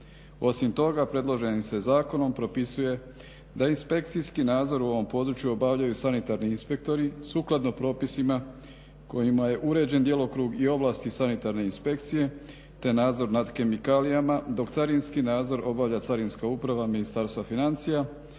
Osim toga predloženim se zakonom propisuje da inspekcijski nadzor u ovom području obavljaju sanitarni inspektori sukladno propisima kojima je uređen djelokrug i ovlasti sanitarne inspekcije te nadzor nad kemikalijama dok carinski nadzor obavlja carinska uprava Ministarstva financija